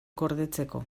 gordetzeko